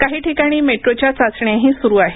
काही ठिकाणी मेट्रोच्या चाचण्याही सुरु आहेत